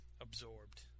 absorbed